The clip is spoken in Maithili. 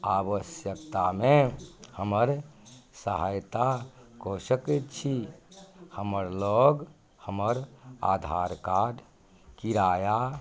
आवश्यकतामे हमर सहायता कऽ सकैत छी हमर लग हमर आधार कार्ड किराया